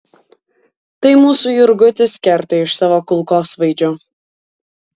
tai mūsų jurgutis kerta iš savo kulkosvaidžio